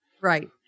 Right